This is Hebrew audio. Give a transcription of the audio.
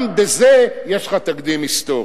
גם בזה יש לך תקדים היסטורי.